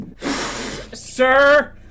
Sir